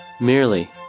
merely